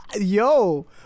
Yo